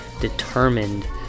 determined